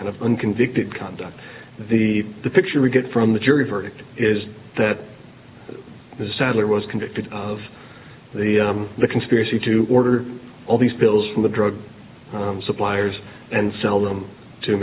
kind of unconvicted conduct the picture we get from the jury verdict is that the saddler was convicted of the the conspiracy to order all these pills from the drug suppliers and sell them to